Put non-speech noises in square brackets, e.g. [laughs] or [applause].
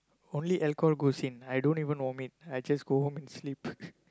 only alcohol goes in I don't even vomit I just go home and sleep [laughs]